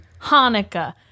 Hanukkah